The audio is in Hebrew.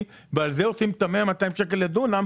ועל זה מבססים את ה-100 או 200 שקל לדונם,